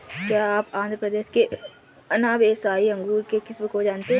क्या आप आंध्र प्रदेश के अनाब ए शाही अंगूर के किस्म को जानते हैं?